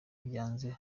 byanze